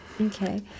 Okay